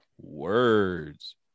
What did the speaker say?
words